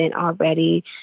already